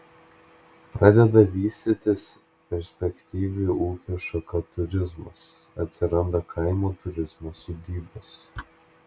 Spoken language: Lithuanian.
pradeda vystytis perspektyvi ūkio šaka turizmas atsiranda kaimo turizmo sodybos